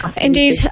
Indeed